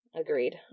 agreed